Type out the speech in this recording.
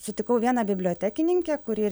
sutikau vieną bibliotekininkę kuri ir